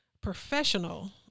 professional